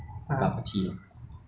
brand of bubble tea